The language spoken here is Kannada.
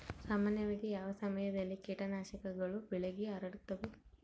ಸಾಮಾನ್ಯವಾಗಿ ಯಾವ ಸಮಯದಲ್ಲಿ ಕೇಟನಾಶಕಗಳು ಬೆಳೆಗೆ ಹರಡುತ್ತವೆ?